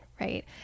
right